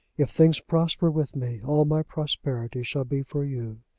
if things prosper with me, all my prosperity shall be for you.